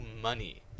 money